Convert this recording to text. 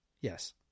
Yes